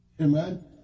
Amen